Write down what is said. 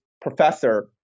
professor